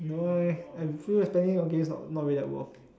don't know leh I feel like spending on games not not really that worth